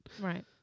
Right